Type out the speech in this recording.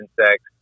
insects